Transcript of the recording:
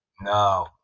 No